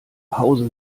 hause